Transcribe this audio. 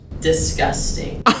Disgusting